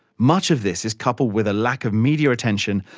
much of this is coupled with a lack of media attention,